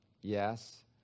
Yes